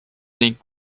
ning